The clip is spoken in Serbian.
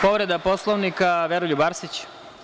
Povreda Poslovnika, Veroljub Arsić.